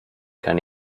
kann